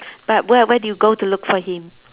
but where where did you go to look for him